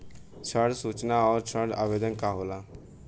ऋण सूचना और ऋण आवेदन का होला?